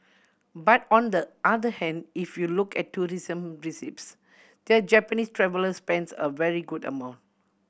but on the other hand if you look at tourism receipts the Japanese traveller spends a very good amount